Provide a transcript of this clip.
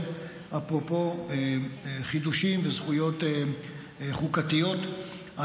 אפרופו חידושים וזכויות חוקתיות,